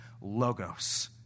logos